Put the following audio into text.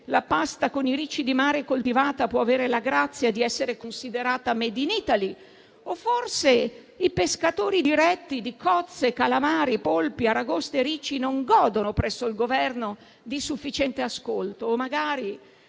la pasta con i ricci di mare coltivata può avere la grazia di essere considerata *made in Italy*, o forse i pescatori diretti di cozze, calamari, polpi, aragoste e ricci non godono presso il Governo di sufficiente ascolto? O magari